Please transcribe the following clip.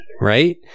right